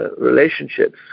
Relationships